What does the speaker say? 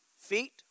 Feet